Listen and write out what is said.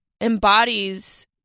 embodies